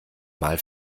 mal